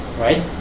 right